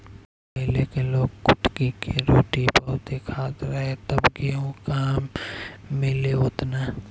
पहिले के लोग कुटकी के रोटी बहुते खात रहे तब गेहूं कहां मिले ओतना